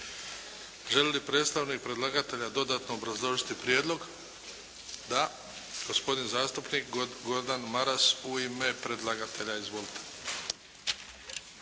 Želi li predstavnik predlagatelja dodatno obrazložiti prijedlog? Da. Gospodin zastupnik Gordan Maras u ime predlagatelja. Izvolite.